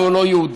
והוא לא יהודי.